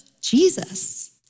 Jesus